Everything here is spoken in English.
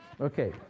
Okay